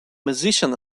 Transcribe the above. musician